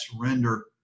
surrender